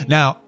Now